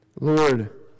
Lord